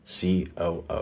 COO